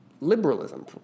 liberalism